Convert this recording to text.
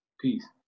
peace